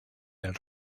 del